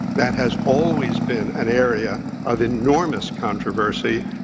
that has always been an area of enormous controversy,